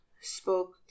spoke